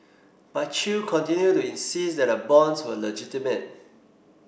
but Chew continue to insist that the bonds were legitimate